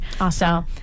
Awesome